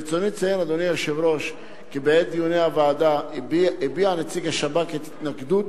ברצוני לציין כי בדיוני הוועדה הביע נציג השב"כ את התנגדות